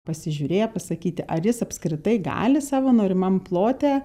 pasižiūrėję pasakyti ar jis apskritai gali savo norimam plote